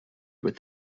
with